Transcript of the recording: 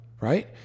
right